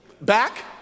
Back